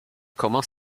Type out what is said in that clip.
commence